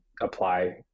apply